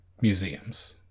museums